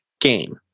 game